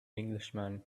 englishman